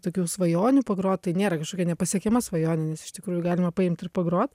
tokių svajonių pagrot tai nėra kažkokia nepasiekiama svajonė nes iš tikrųjų galima paimt ir pagrot